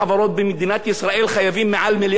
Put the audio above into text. מעל מיליארד שקל רק למרכז ההשקעות,